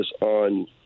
on